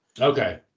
Okay